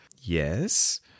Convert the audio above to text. Yes